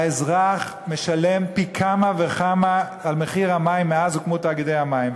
האזרח משלם פי כמה וכמה על המים מאז הוקמו תאגידי המים,